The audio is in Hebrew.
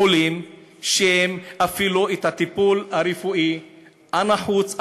חולים שאפילו את הטיפול הרפואי הנחוץ,